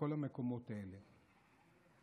בכל המקומות האלה,